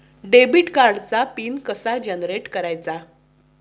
Debit कार्डचा PIN कसा generate करायचा?